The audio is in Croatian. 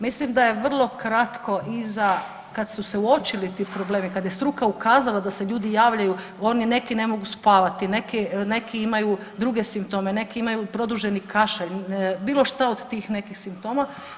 Mislim da je vrlo kratko iza kad su se uočili ti problemi, kad je struka ukazala da se ljudi javljaju neki ne mogu spavati, neki imaju druge simptome, neki imaju produženi kašalj, bilo šta od tih nekih simptoma.